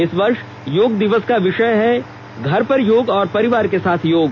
इस वर्ष योग दिवस का विषय है घर पर योग और परिवार के साथ योग